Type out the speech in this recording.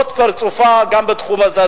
זה פרצופה גם בתחום הזה,